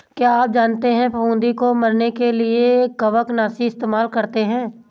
क्या आप जानते है फफूंदी को मरने के लिए कवकनाशी इस्तेमाल करते है?